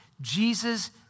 Jesus